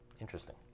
Interesting